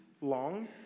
long